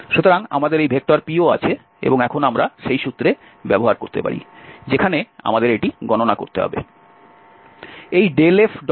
সুতরাং আমাদের এই p ও আছে এবং এখন আমরা সেই সূত্রে ব্যবহার করতে পারি যেখানে আমাদের এটি গণনা করতে হবে